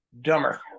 dumber